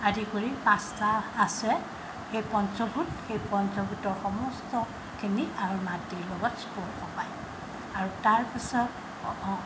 আদি কৰি পাঁচটা আছে সেই পঞ্চভূত সেই পঞ্চুভূতৰ সমস্তখিনি আৰু মাটিৰ লগত স্পৰ্শ পায় আৰু তাৰপিছত অ